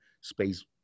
space